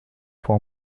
pour